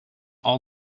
all